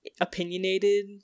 opinionated